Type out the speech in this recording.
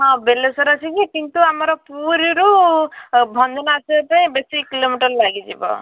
ହଁ ବେଲଶ୍ଵର ଅଛି ଯେ କିନ୍ତୁ ଆମର ପୁରୀରୁ ଭଞ୍ଜ ମାର୍କେଟେ ବେଶି କିଲୋମିଟର ଲାଗିଯିବ